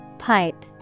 Pipe